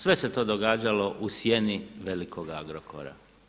Sve se to događalo u sjeni velikog Agrokora.